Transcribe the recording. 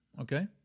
Okay